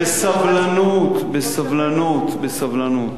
בסבלנות, בסבלנות, בסבלנות.